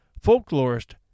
Folklorist